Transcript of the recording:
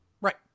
Right